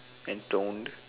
and toned